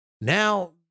Now